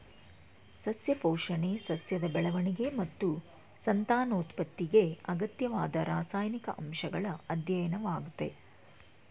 ಸಸ್ಯ ಪೋಷಣೆ ಸಸ್ಯದ ಬೆಳವಣಿಗೆ ಮತ್ತು ಸಂತಾನೋತ್ಪತ್ತಿಗೆ ಅಗತ್ಯವಾದ ರಾಸಾಯನಿಕ ಅಂಶಗಳ ಅಧ್ಯಯನವಾಗಯ್ತೆ